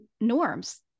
norms